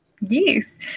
Yes